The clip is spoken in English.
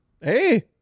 Hey